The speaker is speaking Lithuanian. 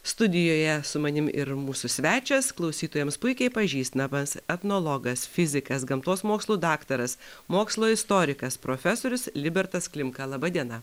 studijoje su manim ir mūsų svečias klausytojams puikiai pažįstamas etnologas fizikas gamtos mokslų daktaras mokslo istorikas profesorius libertas klimka laba diena